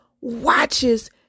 watches